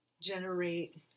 generate